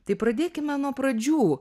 tai pradėkime nuo pradžių